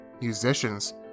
musicians